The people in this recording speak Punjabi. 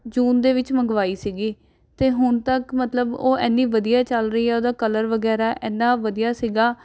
ਜੂਨ ਦੇ ਵਿੱਚ ਮੰਗਵਾਈ ਸੀ ਅਤੇ ਹੁਣ ਤੱਕ ਮਤਲਬ ਉਹ ਐਨੀ ਵਧੀਆ ਚੱਲ ਰਹੀ ਹੈ ਉਹਦਾ ਕਲਰ ਵਗੈਰਾ ਐਨਾ ਵਧੀਆ ਸੀ